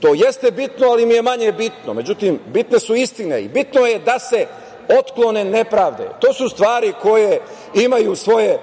To jeste bitno, ali mi je manje bitno. Međutim, bitne su istine i bitno je da se otklone nepravde. To su stvari koje imaju svoje